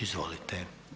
Izvolite.